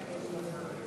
נתקבל.